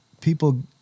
people